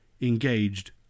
engaged